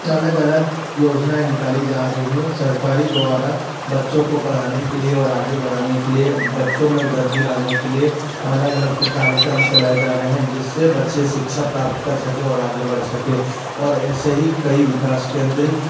अलग अलग योजनाएँ निकाली जा रही है सरकारी द्वारा बच्चों को पढ़ने के लिए और आगे बढ़ाने के लिए और बच्चों मे वृद्धि लाने के लिए अलग अलग प्रकार कार्यक्रम चलाए जा रहे हैं जिससे बच्चे शिक्षा प्राप्त कर सकें और आगे बढ़ सकें और ऐसे ही कई विकास केंद्र